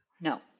No